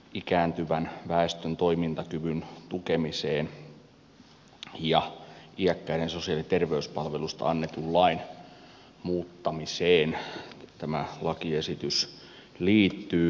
ikääntyvän väestön toimintakyvyn tukemiseen ja iäkkäiden sosiaali ja terveyspalveluista annetun lain muuttamiseen tämä lakiesitys liittyy